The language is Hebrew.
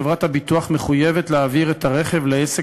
חברת הביטוח מחויבת להעביר את הרכב לעסק